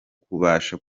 kubasha